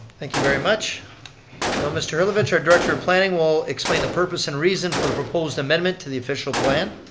thank you very much. now mr. herlovitch, our director of planning, will explain the purpose and reason for the proposed amendment to the official plan.